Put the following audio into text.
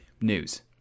news